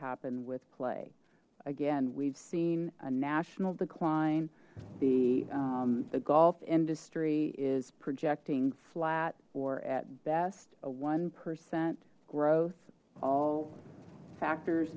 happen with play again we've seen a national decline the the golf industry is projecting flat or at best a one percent growth all factors